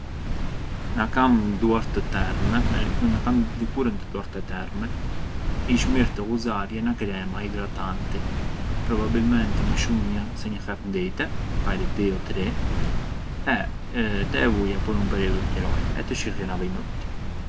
Na kam duart të terme- na kam likurën te duart e terme, ish mirë na ghuzarja na crema idratanti, probabilmenti më shumë se një herë ndite, makari dy o tri, e të e vuja për un periodu qëroi, e të shihja na vejë më mirë.